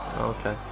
Okay